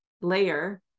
layer